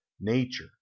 Nature